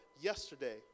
yesterday